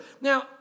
Now